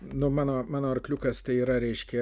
nu mano mano arkliukas tai yra reiškia